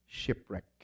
shipwreck